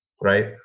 right